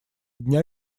дня